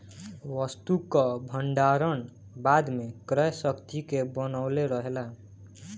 वस्तु कअ भण्डारण बाद में क्रय शक्ति के बनवले रहेला